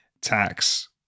tax